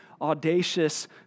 audacious